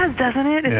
doesn't it? it's